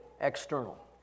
external